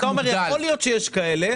אתה אומר שיכול להיות שיש כאלה.